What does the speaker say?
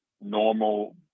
normal